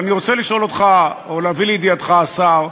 אבל אני רוצה לשאול אותך, או להביא לידיעתך, השר,